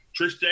Trish